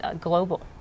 global